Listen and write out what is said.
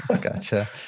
Gotcha